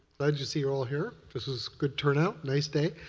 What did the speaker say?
glad to see you're all here. this is a good turnout. nice day.